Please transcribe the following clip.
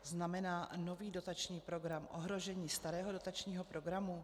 Znamená nový dotační program ohrožení starého dotačního programu?